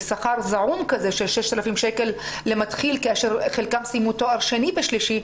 בשכר זעום כזה של 6,000 שקל למתחיל כאשר חלקם סיימו תואר שני ושלישי.